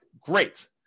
great